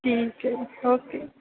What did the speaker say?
ਠੀਕ ਹੈ ਜੀ ਓਕੇ